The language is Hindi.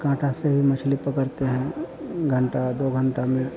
कांटे से भी मछली पकड़ते हैं घंटे दो घंटे में